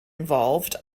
involved